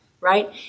right